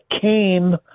came